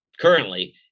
currently